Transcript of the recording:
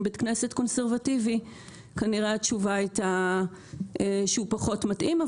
בית כנסת קונסרבטיבי כנראה התשובה הייתה שהוא פחות מתאים,